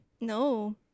No